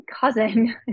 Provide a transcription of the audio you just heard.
cousin